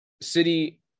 city